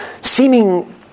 seeming